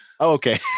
okay